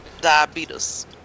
diabetes